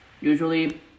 usually